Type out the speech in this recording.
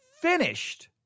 finished